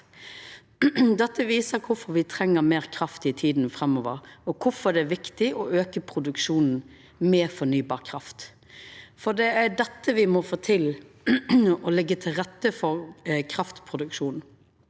Dette viser kvifor me treng meir kraft i tida framover og kvifor det er viktig å auka produksjonen av meir fornybar kraft, for det er dette me må få til: å leggja til rette for kraftproduksjon.